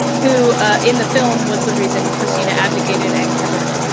who in the film was the reason kristina abdicated and converted,